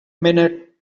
minute